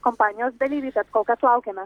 kampanijos dalyviai tad kol kas laukiame